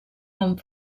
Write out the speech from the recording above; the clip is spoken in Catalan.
amb